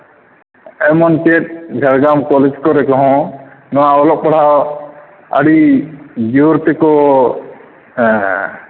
ᱮᱢᱚᱱ ᱪᱮᱫ ᱡᱷᱟᱲᱜᱨᱟᱢ ᱠᱚᱞᱮᱡᱽ ᱠᱚᱨᱮ ᱦᱚᱸ ᱱᱚᱣᱟ ᱚᱞᱚᱜ ᱯᱟᱲᱦᱟᱣ ᱟᱹᱰᱤ ᱡᱳᱨ ᱛᱮᱠᱚ